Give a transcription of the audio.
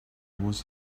was